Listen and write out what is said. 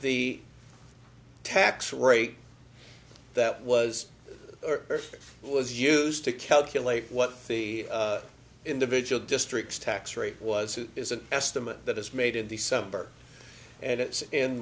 the tax rate that was perfect was used to calculate what the individual districts tax rate was it is an estimate that is made in december and it's in